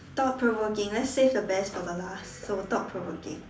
thought provoking let's save the best for the last so thought provoking